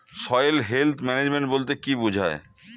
Soil health management বলতে কি বুঝায়?